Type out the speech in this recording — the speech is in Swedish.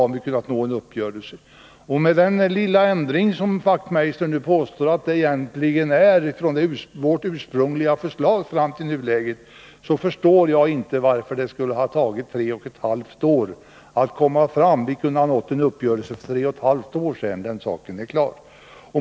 Om det bara är fråga om en sådan liten ändring i förhållande till vårt ursprungliga förslag som Knut Wachtmeister påstår, då förstår jag inte varför det behövde ta tre och ett halvt år att få fram det nu föreliggande förslaget. Vi borde ha kunnat nå en uppgörelse för tre och ett halvt år sedan — den saken är klar.